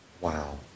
Wow